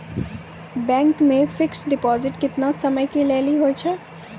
Bank मे fixed deposit केतना समय के लेली होय छै?